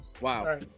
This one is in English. Wow